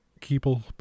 people